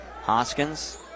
Hoskins